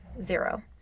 zero